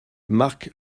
marc